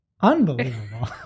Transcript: Unbelievable